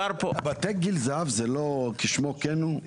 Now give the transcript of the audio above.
בתי גיל זהב זה לא כשמו כן הוא?